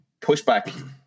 pushback